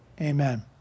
Amen